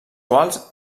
quals